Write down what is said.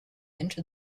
entered